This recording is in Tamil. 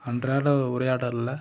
அன்றாட உரையாடல்ல